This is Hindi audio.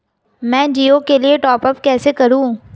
मैं जिओ के लिए टॉप अप कैसे करूँ?